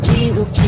Jesus